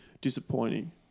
disappointing